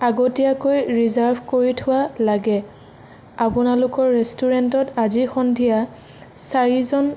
আগতীয়াকৈ ৰিজাৰ্ভ কৰি থোৱা লাগে আপোনালোকৰ ৰেষ্টোৰেণ্টত আজি সন্ধিয়া চাৰিজন